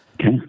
Okay